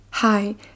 Hi